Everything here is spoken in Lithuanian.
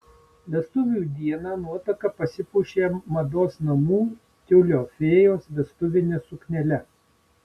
vestuvių dieną nuotaka pasipuošė mados namų tiulio fėjos vestuvine suknele